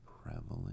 prevalent